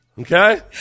Okay